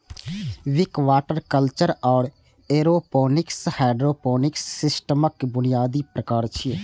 Wick, water culture आ aeroponic hydroponic सिस्टमक बुनियादी प्रकार छियै